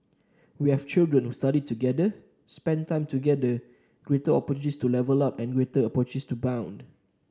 we have children who study together spent time together greater opportunities to level up and greater opportunities to bond